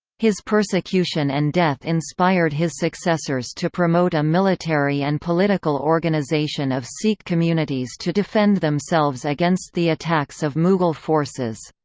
his persecution and death inspired his successors to promote a military and political organization of sikh communities to defend themselves against the attacks of mughal forces.